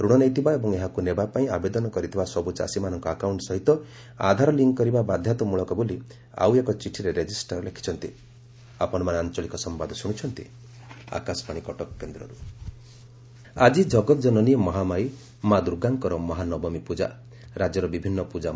ଋଣ ନେଇଥିବା ଏବଂ ଏହାକୁ ନେବା ପାଇଁ ଆବେଦନ କରିଥିବା ସବୁ ଚାଷୀମାନଙ୍କ ଆକାଉଣ୍କ ସହିତ ଆଧାର ଲିଙ୍କ୍ କରିବା ବାଧତାମୂଳକ ବୋଲି ଆଉ ଏକ ଚିଠିରେ ରେଜିଷ୍ଟାର ଲେଖିଛନ୍ତି ମହାନବମୀ ଆଜି ଜଗତଜନନୀ ମହାମାୟା ମା ଦୁର୍ଗାଙ୍କର ମହାନବମୀ ପୂଜା